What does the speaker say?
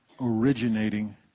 originating